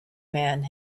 man